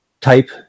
type